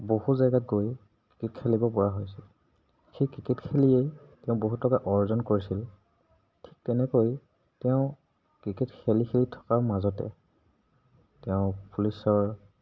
বহু জেগাত গৈ ক্ৰিকেট খেলিব পৰা হৈছিল সেই ক্ৰিকেট খেলিয়েই তেওঁ বহুত টকা অৰ্জন কৰিছিল ঠিক তেনেকৈ তেওঁ ক্ৰিকেট খেলি খেলি থকাৰ মাজতে তেওঁ পুলিচৰ